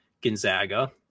Gonzaga